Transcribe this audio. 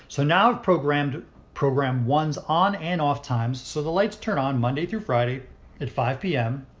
so now i've programmed program one's on and off times so the lights turn on monday through friday at five p m.